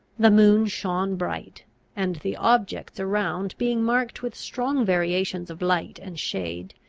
the moon shone bright and the objects around being marked with strong variations of light and shade,